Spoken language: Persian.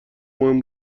مهم